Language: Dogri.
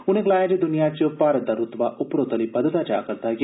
उनें गलाया जे दुनिया च भारत दा रूतबा उपरोतली बघदा जा करदा ऐ